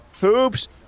Hoops